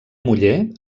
muller